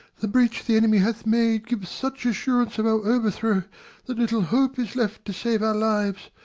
the breach the enemy hath made gives such assurance of our overthrow, that little hope is left to save our lives,